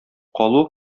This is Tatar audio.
калу